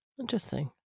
interesting